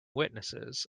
witnesses